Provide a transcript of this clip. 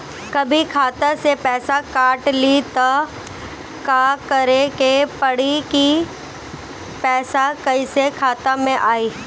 कभी खाता से पैसा काट लि त का करे के पड़ी कि पैसा कईसे खाता मे आई?